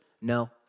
No